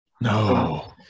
no